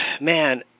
Man